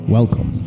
Welcome